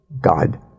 God